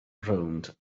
rownd